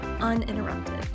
uninterrupted